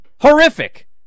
Horrific